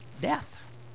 death